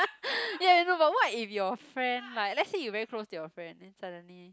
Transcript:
ya you know but what if your friend like let's say you very close to your friend then suddenly